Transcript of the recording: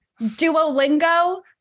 Duolingo